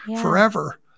forever